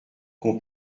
qu’on